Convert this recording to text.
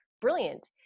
brilliant